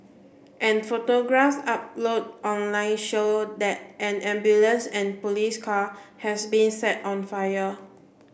and photographs upload online show that an ambulance and police car has been set on fire